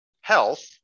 health